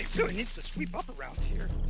really needs to sweep up around here.